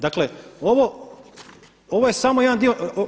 Dakle, ovo je samo jedan dio.